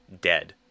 Dead